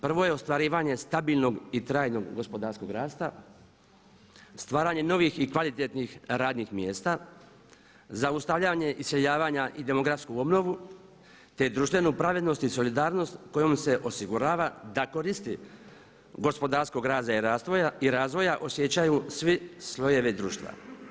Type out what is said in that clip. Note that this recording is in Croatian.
Prvo je ostvarivanje stabilnog i trajnog gospodarskog rasta, stvaranje novih i kvalitetnih radnih mjesta, zaustavljanje iseljavanja i demografsku obnovu te društvenu pravednost i solidarnost kojom se osigurava da koristi gospodarskog rada i razvoja osjećaju svi slojevi društva.